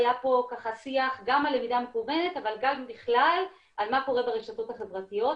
והיה כאן שיח גם על למידה מקוונת וגם על בכלל מה קורה ברשתות החברתיות.